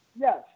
Yes